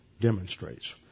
demonstrates